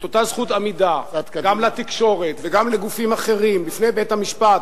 את אותה זכות עמידה גם לתקשורת וגם לגופים אחרים בפני בית-המשפט,